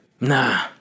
Nah